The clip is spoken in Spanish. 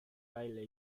baile